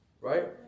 right